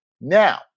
Now